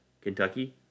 Kentucky